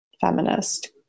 feminist